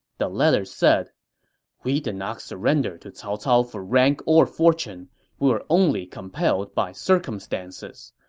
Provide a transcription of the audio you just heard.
the letter said we did not surrender to cao cao for rank or fortune. we were only compelled by circumstances.